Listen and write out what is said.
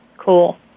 Cool